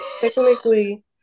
technically